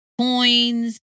coins